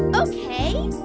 ok.